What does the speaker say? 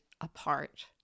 apart